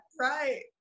right